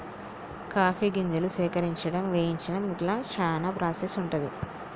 coffee గింజలు సేకరించడం వేయించడం ఇట్లా చానా ప్రాసెస్ ఉంటది